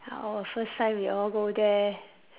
our first time we all go there